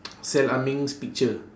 sell ah ming's picture